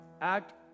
act